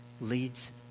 leads